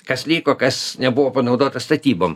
kas liko kas nebuvo panaudota statybom